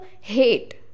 hate